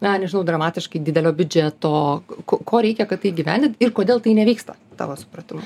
na nežinau dramatiškai didelio biudžeto ko ko reikia kad tai įgyvendint ir kodėl tai nevyksta tavo supratimu